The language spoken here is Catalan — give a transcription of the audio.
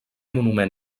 monument